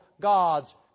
God's